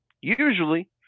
Usually